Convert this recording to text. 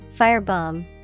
Firebomb